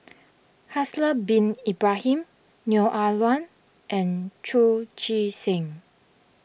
Haslir Bin Ibrahim Neo Ah Luan and Chu Chee Seng